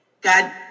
God